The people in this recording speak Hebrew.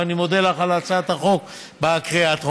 והקושי התקציבי